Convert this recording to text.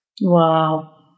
Wow